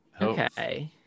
okay